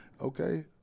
okay